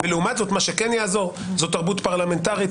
לעומת מה שכן יעזור זאת תרבות פרלמנטרית,